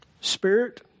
Spirit